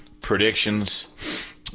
predictions